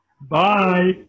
Bye